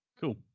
Cool